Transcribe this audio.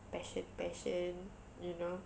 passion passion you know